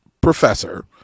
professor